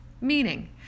Meaning